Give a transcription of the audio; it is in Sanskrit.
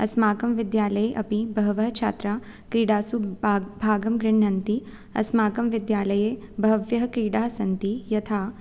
अस्माकं विद्यालये अपि बहवः छात्रा क्रीडासु भा भागं गृह्णन्ति अस्माकं विद्यालये बहव्यः क्रीडाः सन्ति यथा